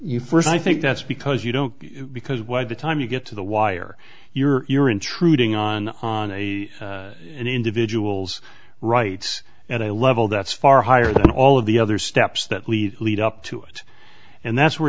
first i think that's because you don't because why the time you get to the wire you're intruding on on a an individual's rights and i level that's far higher than all of the other steps that lead lead up to it and that's where